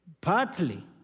partly